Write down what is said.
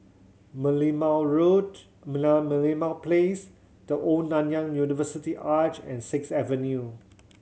Merlimau Road Merlimau Place The Old Nanyang University Arch and Sixth Avenue